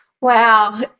Wow